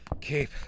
keep